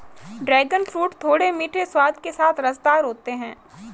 dragon fruit थोड़े मीठे स्वाद के साथ रसदार होता है